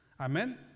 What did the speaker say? Amen